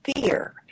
fear